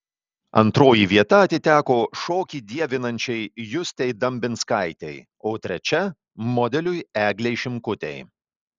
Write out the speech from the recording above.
antroji vieta atiteko šokį dievinančiai justei dambinskaitei o trečia modeliui eglei šimkutei